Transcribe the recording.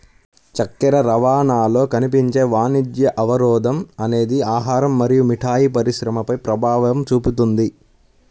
చక్కెర రవాణాలో కనిపించే వాణిజ్య అవరోధం అనేది ఆహారం మరియు మిఠాయి పరిశ్రమపై ప్రభావం చూపుతుంది